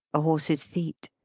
a horse's feet.